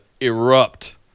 erupt